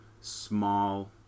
small